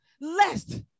lest